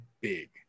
big